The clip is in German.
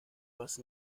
was